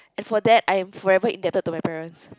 and for that I forever indebted to my parents